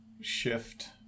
Shift